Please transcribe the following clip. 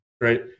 right